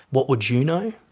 what would you know,